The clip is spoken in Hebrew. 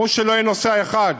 אמרו שלא יהיה נוסע אחד.